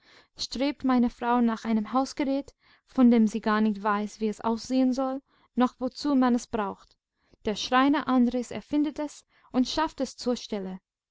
strebt meine frau nach einem hausgerät von dem sie gar nicht weiß wie es aussehen soll noch wozu man es braucht der schreiner andres erfindet es und schafft es zur stelle